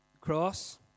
cross